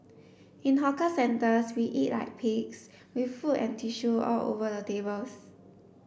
in hawker centres we eat like pigs with food and tissue all over the tables